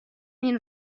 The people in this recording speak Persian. این